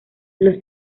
los